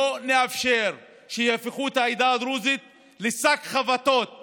לא נאפשר שיהפכו את העדה הדרוזית לשק חבטות